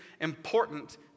important